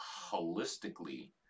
holistically